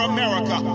America